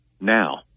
now